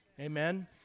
Amen